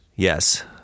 Yes